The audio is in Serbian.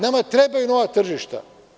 Nema trebaju nova tržišta.